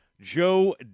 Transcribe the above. Joe